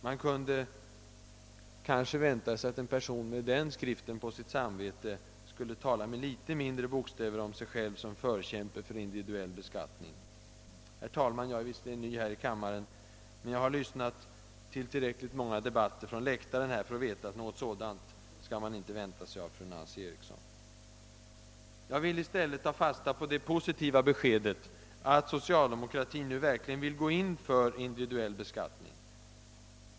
Man kunde kanske vänta sig att en person med den skriften på sitt samvete skulle tala med litet mindre bokstäver om sig själv som förkämpe för individuell beskattning. Herr talman! Jag är visserligen ny här i kammaren, men jag har lyssnat till tillräckligt många debatter från läktlaren för att veta att något sådant skall man inte vänta sig av fru Nancy Eriksson. Jag vill i stället ta fasta på det positiva beskedet, att socialdemokratin nu verkligen vill gå in för individuell beskattning.